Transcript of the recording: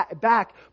back